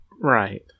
Right